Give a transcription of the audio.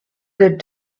good